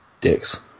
Dicks